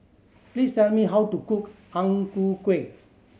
please tell me how to cook Ang Ku Kueh